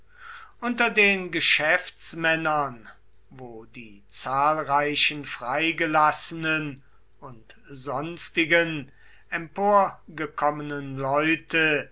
unter den geschäftsmännern wo die zahlreichen freigelassenen und sonstigen emporgekommenen leute